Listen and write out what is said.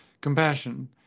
compassion